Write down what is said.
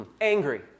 angry